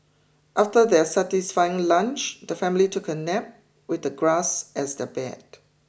after their satisfying lunch the family took a nap with the grass as their bed